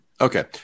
Okay